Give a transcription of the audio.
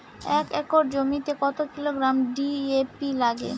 এক একর জমিতে কত কিলোগ্রাম ডি.এ.পি লাগে?